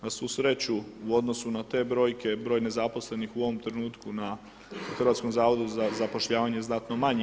Na svu sreću u odnosu na te brojke broj nezaposlenih u ovom trenutku na Hrvatskom zavodu za zapošljavanje je znatno manji.